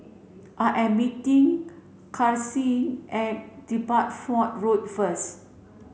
I am meeting Karsyn at Deptford Road first